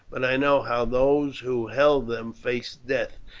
but i know how those who held them faced death,